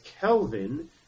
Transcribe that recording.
Kelvin